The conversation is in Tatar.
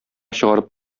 чыгарып